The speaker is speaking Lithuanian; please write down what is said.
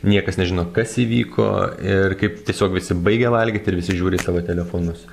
niekas nežino kas įvyko ir kaip tiesiog visi baigia valgyt ir visi žiūri į savo telefonus